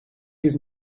his